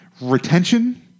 retention